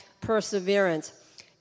perseverance